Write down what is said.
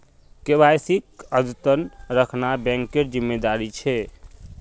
केवाईसीक अद्यतन रखना बैंकेर जिम्मेदारी छे